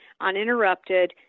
uninterrupted